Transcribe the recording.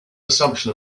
assumption